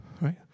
right